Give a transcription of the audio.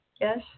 Yes